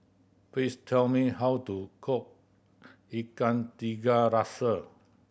please tell me how to cook Ikan Tiga Rasa